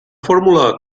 fórmula